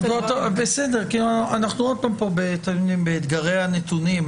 אנחנו שוב באתגרי הנתונים.